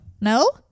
No